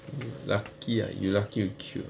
lucky ah you lucky you cute